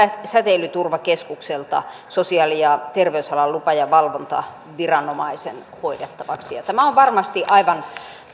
säteilyturvakeskukselta sosiaali ja terveysalan lupa ja valvontaviraston hoidettavaksi tämä on varmasti aivan